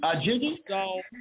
Jiggy